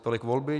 Tolik volby.